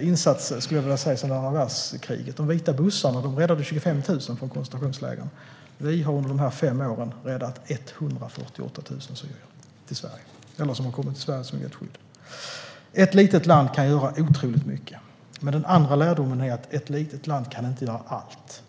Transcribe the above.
insats sedan andra världskriget. De vita bussarna räddade 25 000 från koncentrationslägren. Vi har under de här fem åren räddat 148 000 syrier, som har kommit till Sverige. Vi har gett dem skydd. Ett litet land kan göra otroligt mycket. Men den andra lärdomen är: Ett litet land kan inte göra allt.